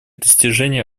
достижений